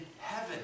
heaven